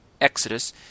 Exodus